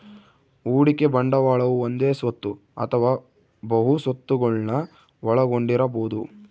ಹೂಡಿಕೆ ಬಂಡವಾಳವು ಒಂದೇ ಸ್ವತ್ತು ಅಥವಾ ಬಹು ಸ್ವತ್ತುಗುಳ್ನ ಒಳಗೊಂಡಿರಬೊದು